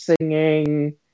singing